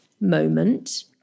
moment